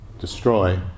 destroy